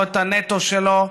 לא את הנטו שלו,